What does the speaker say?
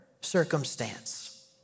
circumstance